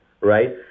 right